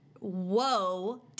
WHOA